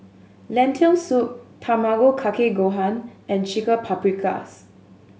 Lentil Soup Tamago Kake Gohan and Chicken Paprikas